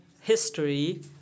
history